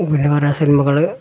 ഇങ്ങനെ കുറേ സിനിമകൾ